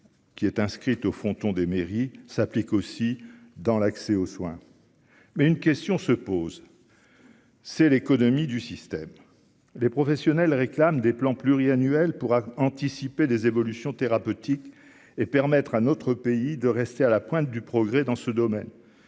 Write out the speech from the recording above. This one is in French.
qui est inscrite au fronton des mairies s'applique aussi dans l'accès aux soins, mais une question se pose, c'est l'économie du système, les professionnels réclament des plans pluriannuels pour anticiper des évolutions thérapeutiques et permettre à notre pays de rester à la pointe du progrès dans ce domaine,